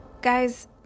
Guys